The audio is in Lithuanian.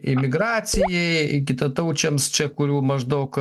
imigracijai kitataučiams čia kurių maždaug